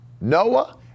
Noah